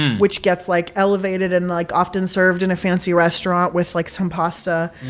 which gets, like, elevated and, like, often served in a fancy restaurant with, like, some pasta